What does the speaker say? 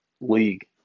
league